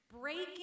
breaking